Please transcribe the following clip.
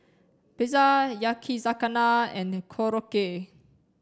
pizza Yakizakana and Korokke